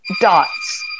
dots